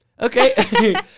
Okay